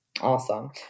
Awesome